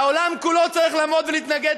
העולם כולו צריך לעמוד ולהתנגד,